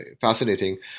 fascinating